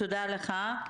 תודה לך.